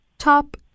top